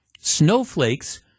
snowflakes